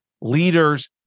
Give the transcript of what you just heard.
leaders